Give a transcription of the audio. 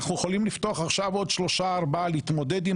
אנחנו יכולים לפתוח עכשיו עוד שלושה-ארבעה להתמודד עם